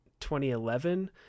2011